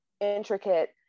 intricate